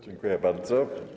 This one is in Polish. Dziękuję bardzo.